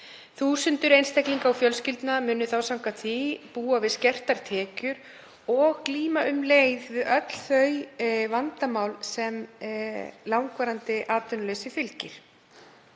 Þúsundir einstaklinga og fjölskyldna munu samkvæmt því búa við skertar tekjur og glíma um leið við öll þau vandamál sem langvarandi atvinnuleysi fylgja,